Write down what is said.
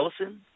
Ellison